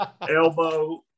elbow